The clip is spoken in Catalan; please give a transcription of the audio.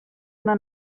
una